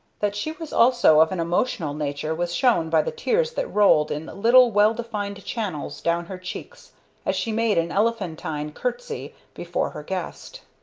that she was also of an emotional nature was shown by the tears that rolled in little well-defined channels down her cheeks as she made an elephantine courtesy before her guest.